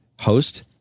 Host